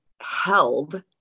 held